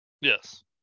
Yes